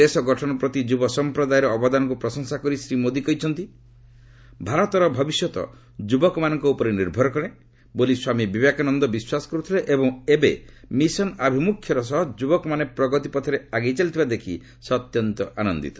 ଦେଶ ଗଠନ ପ୍ରତି ଯୁବ ସମ୍ପ୍ରଦାୟର ଅବଦାନକୁ ପ୍ରଶଂସା କରି ଶ୍ରୀ ମୋଦି କହିଛନ୍ତି ଭାରତର ଭବିଷ୍ୟତ ଯୁବକମାନଙ୍କ ଉପରେ ନିର୍ଭର କରେ ବୋଲି ସ୍ୱାମୀ ବିବେକାକନ୍ଦ ବିଶ୍ୱାସ କରୁଥିଲେ ଏବଂ ଏବେ ମିଶନ ଆଭିମୁଖ୍ୟର ସହ ଯୁବକମାନେ ପ୍ରଗତି ପଥରେ ଆଗେଇ ଚାଲିଥିବା ଦେଖି ସେ ଅତ୍ୟନ୍ତ ଆନନ୍ଦିତ